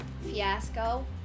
fiasco